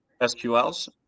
SQLs